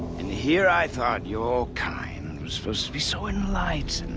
and here i thought your kind was supposed to be so enlighted. and